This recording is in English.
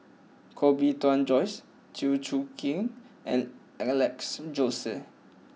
Koh Bee Tuan Joyce Chew Choo Keng and Alex Josey